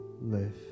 live